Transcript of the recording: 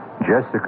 Jessica